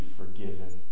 forgiven